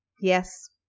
Yes